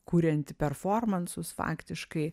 kurianti performansus faktiškai